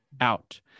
out